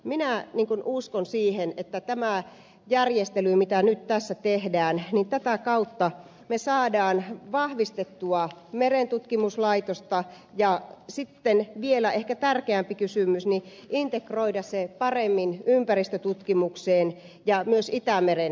minä uskon siihen että tämän järjestelyn kautta joka nyt tässä tehdään me saamme vahvistettua merentutkimuslaitosta ja sitten vielä ehkä tärkeämpi kysymys integroitua sen paremmin ympäristötutkimukseen ja myös itämeren tutkimukseen